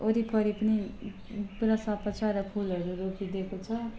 वरिपरि पनि पुरा सफा छ र फुलहरू रोपिदिएको छ